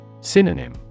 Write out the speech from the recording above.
Synonym